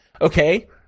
Okay